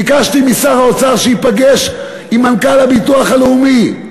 ביקשתי משר האוצר שייפגש עם מנכ"ל הביטוח הלאומי.